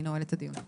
אני נועלת את הדיון.